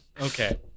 okay